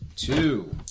Two